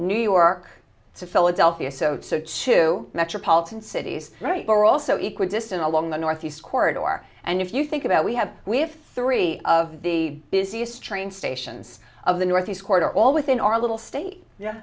new york to philadelphia so to metropolitan cities right we're also equal distance along the northeast corridor and if you think about we have we have three of the busiest train stations of the northeast corridor all within our little state